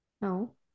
No